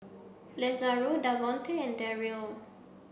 Lazaro Davonte and Deryl